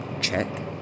Check